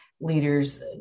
leaders